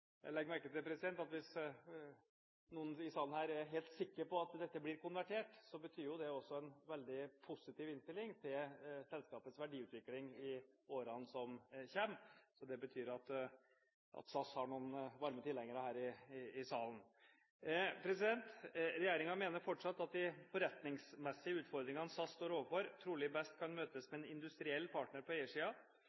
jeg legger merke til at hvis noen her i salen er helt sikker på at dette blir konvertert, betyr det jo det en veldig positiv innstilling til selskapets verdiutvikling i årene som kommer. Det betyr at SAS har noen varme tilhengere her i salen. Regjeringen mener fortsatt at de forretningsmessige utfordringene SAS står overfor, trolig best kan møtes